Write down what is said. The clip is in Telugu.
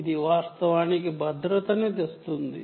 ఇది వాస్తవానికి భద్రతను ఇస్తుంది